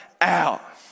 out